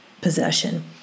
possession